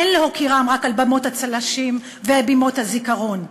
אין להוקירם רק על במות הצל"שים ובימות הזיכרון.